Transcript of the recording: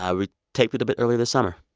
ah we taped it a bit earlier this summer.